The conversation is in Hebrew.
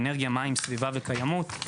האמן לי, עשיתי חצי דוקטורט על העניין הזה.